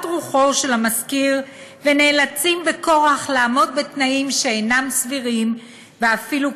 רוחו של המשכיר ונאלצים בכורח לעמוד בתנאים שאינם סבירים ואפילו קיצוניים.